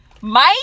Mike